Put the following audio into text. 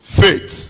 faith